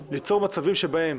ליצור מצבים שבהם